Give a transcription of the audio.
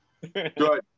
Good